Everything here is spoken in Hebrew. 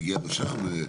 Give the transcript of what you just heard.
נגיעה לשם,